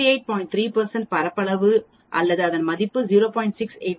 3 பரப்பளவு அல்லது அதன் மதிப்பு 0